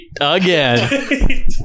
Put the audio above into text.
again